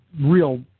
real